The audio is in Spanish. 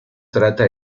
trata